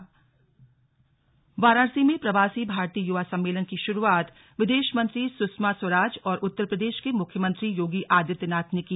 slug प्रवासी भारतीय वाराणसी में प्रवासी भारतीय युवा सम्मेलन की शुरुआत विदेश मंत्री सुषमा स्वराज और उत्तर प्रदेश के मुख्यमंत्री योगी आदित्यनाथ ने की